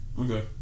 Okay